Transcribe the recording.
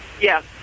Yes